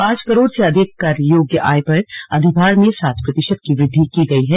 पांच करोड़ से अधिक कर योग्य आय पर अधिभार में सात प्रतिशत की वृद्धि की गई है